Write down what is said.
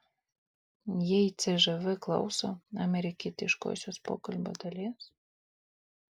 o jei cžv klauso amerikietiškosios pokalbio dalies